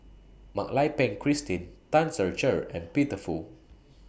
Mak Lai Peng Christine Tan Ser Cher and Peter Fu